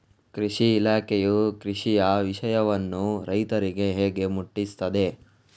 ಕೃಷಿ ಇಲಾಖೆಯು ಕೃಷಿಯ ವಿಷಯವನ್ನು ರೈತರಿಗೆ ಹೇಗೆ ಮುಟ್ಟಿಸ್ತದೆ?